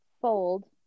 fold